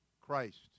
Christ